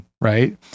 right